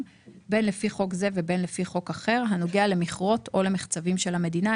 בין לפי חוק זה ובין לפי חוק אחר הנוגע למכרות או למחצבים של המדינה,